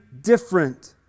different